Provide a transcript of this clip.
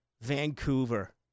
Vancouver